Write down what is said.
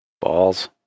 balls